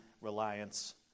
reliance